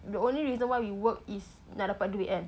the only reason why we work is nak dapat duit kan